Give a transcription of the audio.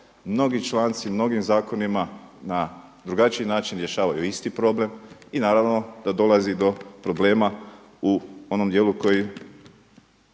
mnogi članci u mnogim zakonima na drugačiji način rješavaju isti problem i naravno da dolazi do problema u onom dijelu koji